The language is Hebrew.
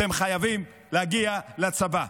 אתם חייבים להגיע לצבא,